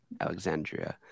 Alexandria